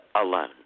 alone